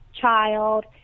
child